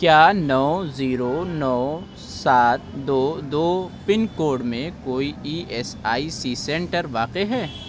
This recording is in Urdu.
کیا نو زیرو نو سات دو دو پن کوڈ میں کوئی E S I C centre واقع ہے